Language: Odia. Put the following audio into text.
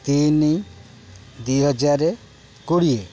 ତିନି ଦୁଇ ହଜାର କୋଡ଼ିଏ